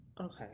okay